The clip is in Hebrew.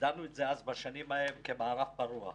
הגדרנו את זה אז, בשנים ההן, כמערב פרוע,